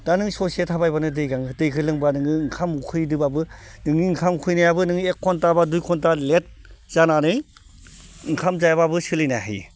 दा नों ससे थाबायबानो दै गाङो दैखो लोंबा नोङो ओंखाम उखैदोंबाबो नोंनि ओंखाम उखैनायाबो नों एक घन्टा बा दुइ घन्टा लेट जानानै ओंखाम जायाबाबो सोलिनो हायो